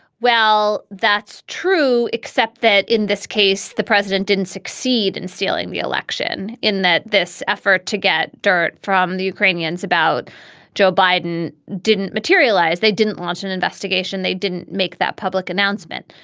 well, that's true, except that in this case, the president didn't succeed in stealing the election in that this effort to get dirt from the ukrainians about joe biden didn't materialize. they didn't launch an investigation. they didn't make that public announcement.